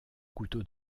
couteau